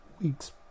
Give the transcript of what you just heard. week's